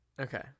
Okay